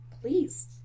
please